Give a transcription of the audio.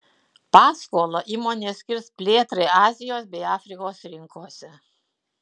paskolą įmonė skirs plėtrai azijos bei afrikos rinkose